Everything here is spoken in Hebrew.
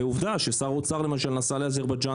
ועובדה ששר האוצר למשל נסע לאזרבייג'ן